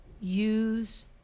use